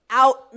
out